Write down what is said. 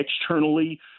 externally